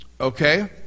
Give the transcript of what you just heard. okay